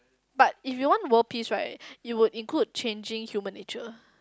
but if you want world peace right it would include changing human nature